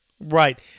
right